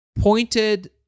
pointed